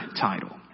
title